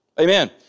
Amen